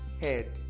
head